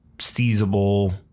seizable